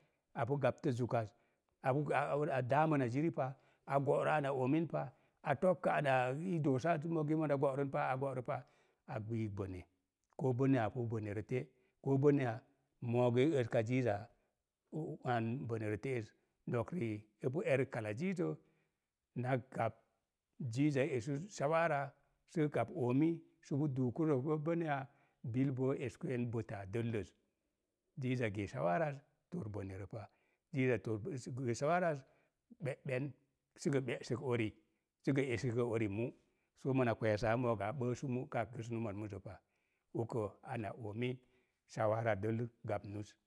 Apu gabta zukaz a na ziripa, a go'rə ana oomin pa a ana i doosa səmo mona go'rən pa a go'ro pa, a gbiik. Ko boneya a pu. Ko boneya, mo'gə i erka ziiza oo an rə te'ez. Nok riik, npu enik ziizə, na gab ziiza i esu sə gab oomi səpu duukurə ko boneya, bil bo esku en dəlləz. Ziiza gee tor ziiza tor gee be'ɓen, sə gə be'sək ori, sə ga eso gə uri mu, soo mona kireesaa moogə a ɓəəs mu kaa kəsnu mon muzə pa. Uko ana oomi dəi gabnuz.